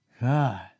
God